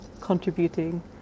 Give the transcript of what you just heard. contributing